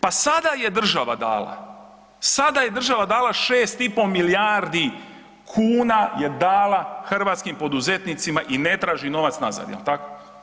Pa sada je država dala, sada je država dala 6,5 milijardi kuna je dala hrvatskim poduzetnicima i ne traži novac nazad, jel' tako?